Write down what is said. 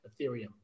ethereum